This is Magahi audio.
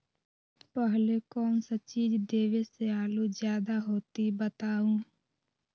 पहले कौन सा चीज देबे से आलू ज्यादा होती बताऊं?